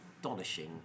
astonishing